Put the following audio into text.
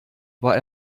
war